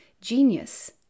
Genius